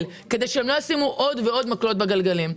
כדי שהם לא ישימו עוד ועוד מקלות בגלגלים.